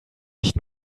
sich